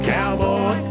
Cowboy